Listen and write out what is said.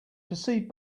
percieved